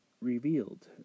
revealed